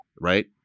right